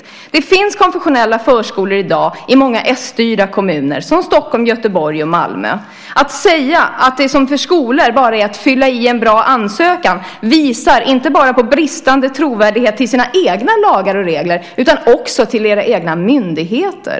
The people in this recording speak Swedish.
I dag finns konfessionella förskolor i många s-styrda kommuner, såsom Stockholm, Göteborg och Malmö. Att säga att det, precis som för skolor, enbart är att fylla i en bra ansökan visar inte bara på en bristande tilltro till sina egna lagar och regler utan också till sina egna myndigheter.